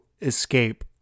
escape